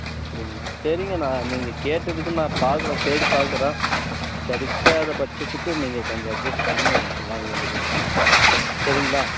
அப்படிங்களா சரிங்க நான் நீங்கள் கேட்டதுக்கு நான் பார்க்குறேன் தேடி பார்க்குறேன் கிடைக்காதபட்சத்துக்கு நீங்கள் கொஞ்சம் அட்ஜஸ் பண்ணி வாங்க வேண்டியதாக இருக்கும் சரிங்களா